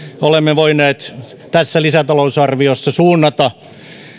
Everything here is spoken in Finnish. olemme voineet tässä lisätalousarviossa suunnata